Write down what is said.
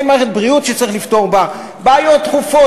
אין מערכת בריאות שצריך לפתור בה בעיות דחופות,